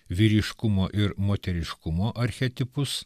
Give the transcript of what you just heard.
vyriškumo ir moteriškumo archetipus